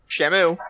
Shamu